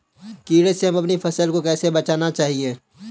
कीड़े से हमें अपनी फसल को कैसे बचाना चाहिए?